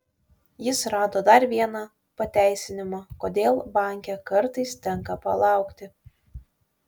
jis rado dar vieną pateisinimą kodėl banke kartais tenka palaukti